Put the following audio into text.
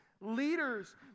leaders